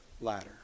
ladder